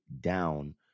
down